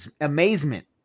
amazement